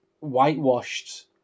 whitewashed